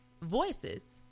voices